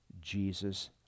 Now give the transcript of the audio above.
Jesus